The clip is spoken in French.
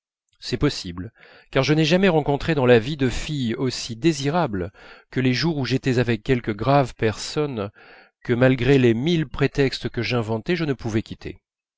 c'est possible car je n'ai jamais rencontré dans la vie de filles aussi désirables que les jours où j'étais avec quelque grave personne que malgré les mille prétextes que j'inventais je ne pouvais quitter